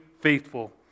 faithful